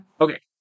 Okay